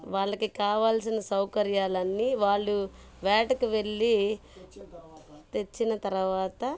వాళ్ళకి కావల్సిన సౌకర్యాలన్నీ వాళ్ళు వేటకి వెళ్ళి తెచ్చిన తర్వాత